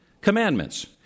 commandments